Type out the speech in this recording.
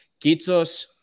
Kitsos